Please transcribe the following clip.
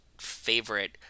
favorite